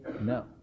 no